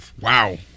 Wow